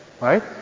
Right